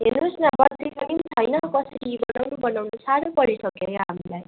हेर्नु होस् न बत्ती पनि छैन कसरी बनाउनु बनाउनु साह्रो परिसक्यो यहाँ हामीलाई